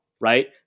right